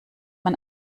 man